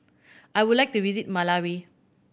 I would like to visit Malawi